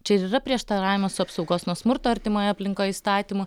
čia ir yra prieštaravimas apsaugos nuo smurto artimoje aplinkoj įstatymu